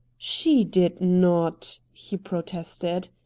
she did not! he protested.